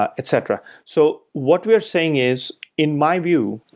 ah etc. so what we are saying is in my view,